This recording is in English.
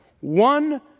One